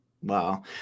Wow